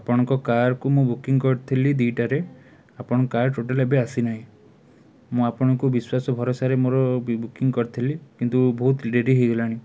ଆପଣଙ୍କ କାର୍କୁ ମୁଁ ବୁକିଂ କରିଥିଲି ଦୁଇଟାରେ ଆପଣଙ୍କ କାର୍ ଟୋଟାଲି ଏବେ ଆସିନାହିଁ ମୁଁ ଆପଣଙ୍କୁ ବିଶ୍ଵାସ ଭରସାରେ ମୋର ବୁକିଂ କରିଥିଲି କିନ୍ତୁ ବହୁତ ଡେରି ହେଇଗଲାଣି